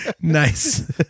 nice